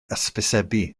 hysbysebu